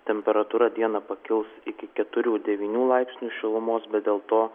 temperatūra dieną pakils iki keturių devynių laipsnių šilumos bet dėl to